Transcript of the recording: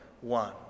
one